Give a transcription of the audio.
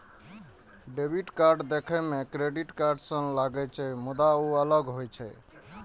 debit card देखै मे credit card सन लागै छै, मुदा ओ अलग होइ छै